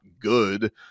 good